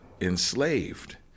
enslaved